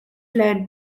led